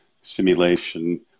simulation